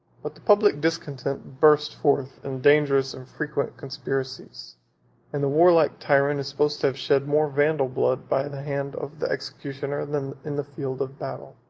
but the public discontent burst forth in dangerous and frequent conspiracies and the warlike tyrant is supposed to have shed more vandal blood by the hand of the executioner, than in the field of battle.